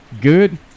good